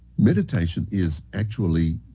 meditation is actually